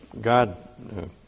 God